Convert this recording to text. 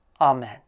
Amen